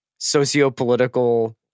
sociopolitical